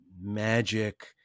magic